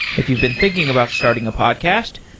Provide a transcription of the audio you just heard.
if you've been thinking about starting a podcast,